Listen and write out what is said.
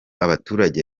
abaturage